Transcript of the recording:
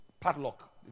padlock